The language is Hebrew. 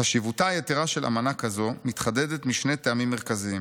"חשיבותה היתרה של אמנה כזו מתחדדת משני טעמים מרכזיים: